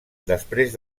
després